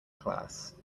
class